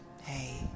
hey